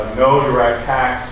no-direct-tax